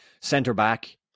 Centre-back